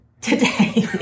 Today